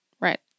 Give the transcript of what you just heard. Right